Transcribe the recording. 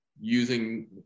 using